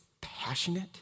passionate